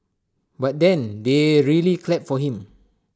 but then they really clapped for him